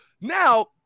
now